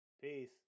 Peace